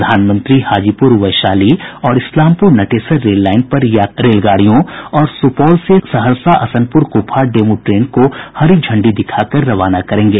प्रधानमंत्री हाजीपुर वैशाली और इस्लामपुर नटेसर रेललाइन पर यात्री रेलगाड़ियों और सुपौल से सहरसा असनपुर कुपहा डेमू ट्रेन को हरी झंडी दिखाकर रवाना करेंगे